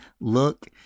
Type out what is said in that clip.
Look